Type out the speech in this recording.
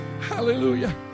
Hallelujah